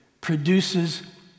produces